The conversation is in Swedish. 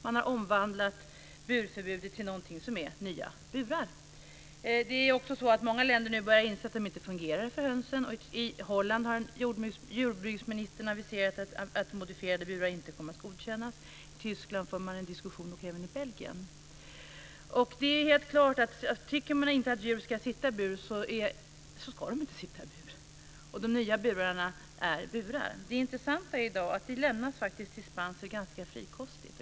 Man har omvandlat burförbudet till någonting som innebär nya burar. Många länder börjar nu inse att de inte fungerar för hönsen. I Holland har jordbruksministern aviserat att modifierade burar inte kommer att godkännas. I Tyskland och även i Belgien för man nu en diskussion. Tycker man inte att djur ska sitta i bur så ska de inte sitta i bur. De nya burarna är just burar. Det intressanta i dag är att det faktiskt lämnas dispenser ganska frikostigt.